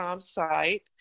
site